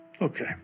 Okay